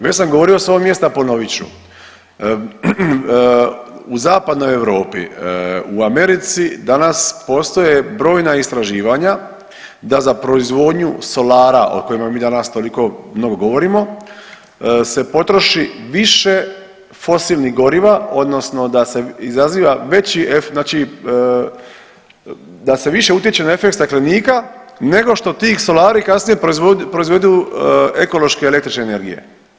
Već sam govorio s ovog mjesta, ponovit ću, u zapadnoj Europi, u Americi danas postoje brojna istraživanja da za proizvodnju solara o kojima mi danas toliko mnogo govorimo se potroši više fosilnih goriva odnosno da se izaziva veći, znači da se više utječe na efekt staklenika nego što ti solari kasnije proizvedu ekološke električne energije.